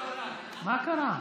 מה קרה?